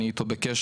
אני איתו בקשר.